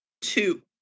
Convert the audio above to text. two